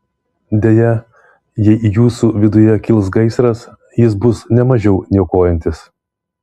deja jei jūsų viduje kils gaisras jis bus ne mažiau niokojantis